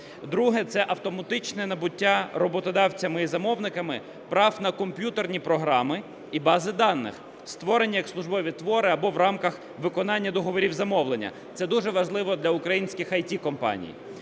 Друге. Це автоматичне набуття роботодавцями і замовниками прав на комп'ютерні програми і бази даних, створені як службові твори або в рамках виконання договорів замовлення. Це дуже важливо для українських IT-компаній.